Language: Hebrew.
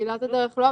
בתחילת הדרך לא,